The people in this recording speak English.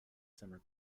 summer